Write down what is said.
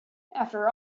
after